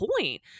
point